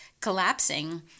collapsing